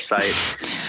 site